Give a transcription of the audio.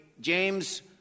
James